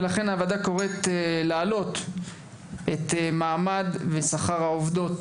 ולכן הוועדה קוראת להעלות את מעמד ושכר העובדות